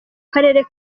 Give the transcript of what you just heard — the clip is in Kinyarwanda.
karere